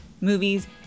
movies